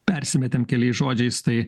persimetėm keliais žodžiais tai